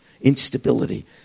Instability